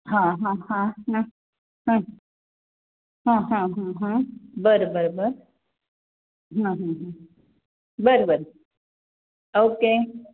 हां हां हां हां हां हां हां हां हां बरं बरं बरं हां बरं बरं ओके